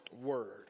word